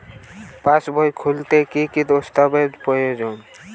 পাসবই খুলতে কি কি দস্তাবেজ প্রয়োজন?